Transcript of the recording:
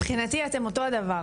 מבחינתי זה אותו דבר.